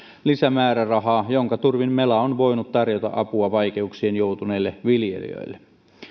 lisämäärärahaa jonka turvin mela on voinut tarjota apua vaikeuksiin joutuneille viljelijöille